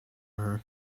her